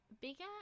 bigger